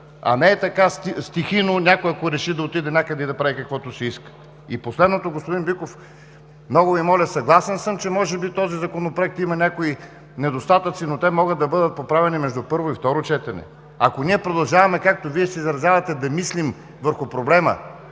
а не, ей така, стихийно – ако някой реши да отиде някъде, да прави каквото си иска. Последно, господин Биков, много Ви моля, съгласен съм, че може би този законопроект има някои недостатъци, но те могат да бъдат поправени между първо и второ четене. Ако ние продължаваме, както Вие се изразявате, да мислим върху проблема